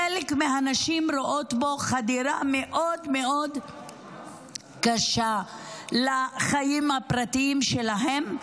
חלק מהנשים רואות בו חדירה מאוד מאוד קשה לחיים הפרטים שלהן,